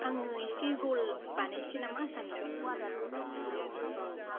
आङो एसे रल बानायसै नामा सानदों औ